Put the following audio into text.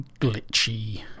glitchy